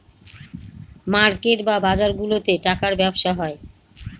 market বা বাজারগুলাতে টাকার ব্যবসা হয়